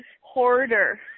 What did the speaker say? Hoarder